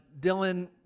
Dylan